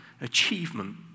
achievement